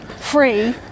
free